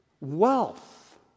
wealth